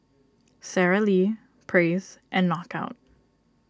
Sara Lee Praise and Knockout